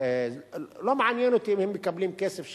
לא מעניין אותי אם הם מקבלים כסף,